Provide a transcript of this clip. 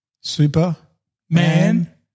Super-Man